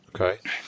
Okay